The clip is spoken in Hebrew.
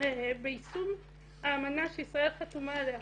ביישום האמנה שישראל חתומה עליה.